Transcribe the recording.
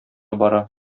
бара